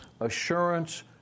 assurance